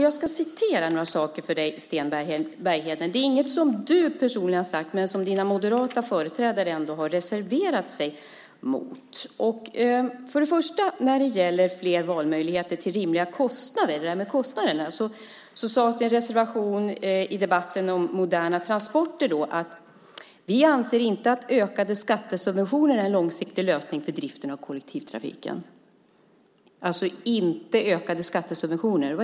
Jag ska återge några saker för dig, Sten Bergheden. Det är inget som du personligen har sagt, men det gäller sådant som dina moderata partivänner ändå har reserverat sig mot. För det första gäller det fler valmöjligheter till rimliga kostnader. Det sades i en reservation i debatten om moderna transporter att man inte anser att ökade skattesubventioner är en långsiktig lösning för driften av kollektivtrafiken. Vad innebär det, Sten Bergheden?